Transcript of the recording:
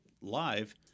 Live